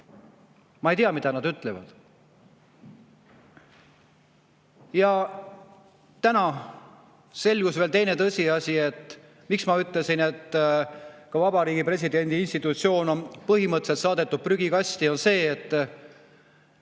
Ma ei tea, mida nad ütlevad. Ja täna selgus veel teine tõsiasi. [Põhjus], miks ma ütlesin, et ka Vabariigi Presidendi institutsioon on põhimõtteliselt saadetud prügikasti, on see, et